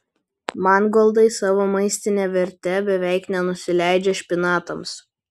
mangoldai savo maistine verte beveik nenusileidžia špinatams